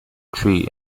tree